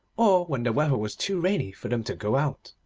or when the weather was too rainy for them to go out.